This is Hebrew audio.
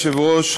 אדוני היושב-ראש,